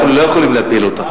אנחנו לא יכולים להפיל אותה.